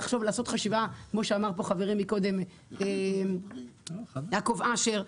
כמו שאמר חברי מקודם יעקב אשר,